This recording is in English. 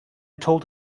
told